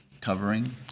covering